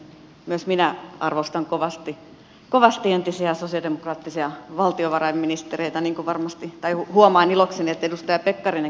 myös minä arvostan kovasti entisiä sosialidemokraattisia valtiovarainministereitä niin kuin huomaan ilokseni edustaja pekkarisenkin arvostavan